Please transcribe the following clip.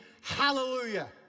hallelujah